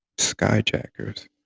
skyjackers